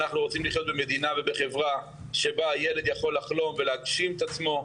אנחנו רוצים לחיות במדינה ובחברה שבה ילד יכול לחלום ולהגשים את עצמו,